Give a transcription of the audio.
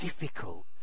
difficult